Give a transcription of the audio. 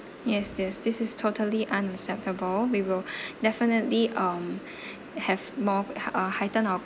yes yes this is totally unacceptable we will definitely um have more h~ uh heightened our